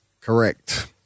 Correct